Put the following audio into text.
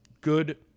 good